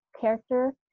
character